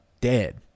dead